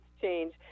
change